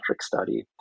study